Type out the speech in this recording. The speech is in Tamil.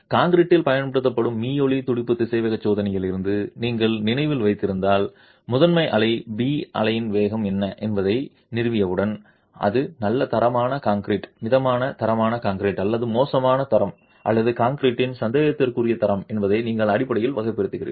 கான்கிரீட்டில் பயன்படுத்தப்படும் மீயொலி துடிப்பு திசைவேக சோதனைகளிலிருந்து நீங்கள் நினைவில் வைத்திருந்தால் முதன்மை அலை பி அலையின் வேகம் என்ன என்பதை நிறுவியவுடன் அது நல்ல தரமான கான்கிரீட் மிதமான தரமான கான்கிரீட் அல்லது மோசமான தரம் அல்லது கான்கிரீட்டின் சந்தேகத்திற்குரிய தரம் என்பதை நீங்கள் அடிப்படையில் வகைப்படுத்துகிறீர்கள்